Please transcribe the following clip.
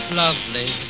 lovely